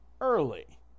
early